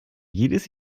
jedes